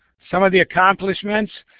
some of the accomplishments,